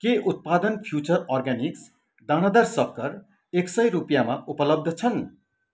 के उत्पादन future organics दानादार सक्खर एक सय रुपियाँमा उपलब्ध छन्